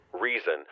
Reason